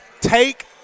take